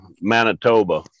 Manitoba